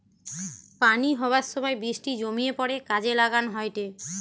পানি হবার সময় বৃষ্টি জমিয়ে পড়ে কাজে লাগান হয়টে